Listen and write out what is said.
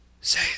Say